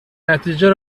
نتیجه